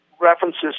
references